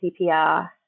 CPR